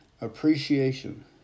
appreciation